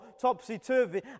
topsy-turvy